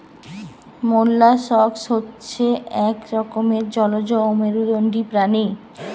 molluscs হচ্ছে এক রকমের জলজ অমেরুদন্ডী প্রাণী